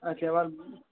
اچھا اۭں